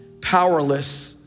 powerless